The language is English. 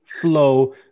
flow